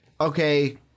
okay